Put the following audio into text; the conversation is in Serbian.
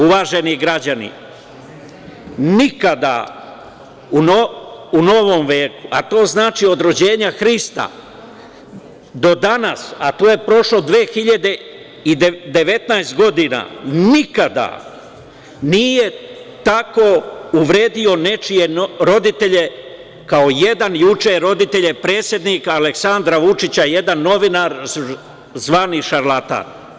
Uvaženi građani, nikada u novom veku, a to znači od rođenja Hrista do danas, a to je prošlo 2.019 godina, nikada nije tako uvredio nečije roditelje kao jedan juče roditelje predsednika Aleksandra Vučića, jedan novina, zvani šarlatan.